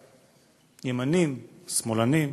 ימנים, שמאלנים,